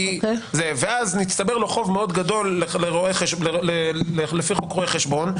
--- ואז נצטבר לו חוב גדול מאוד לפי חוק רואי החשבון,